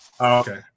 Okay